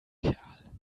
kerl